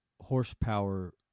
horsepower